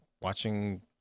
watching